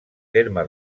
terme